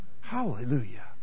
hallelujah